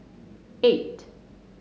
eight